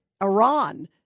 Iran